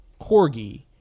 Corgi